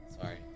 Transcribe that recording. sorry